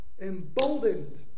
Emboldened